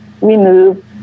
remove